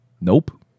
Nope